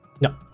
No